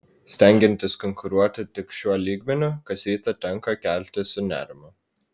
stengiantis konkuruoti tik šiuo lygmeniu kas rytą tenka keltis su nerimu